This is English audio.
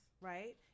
right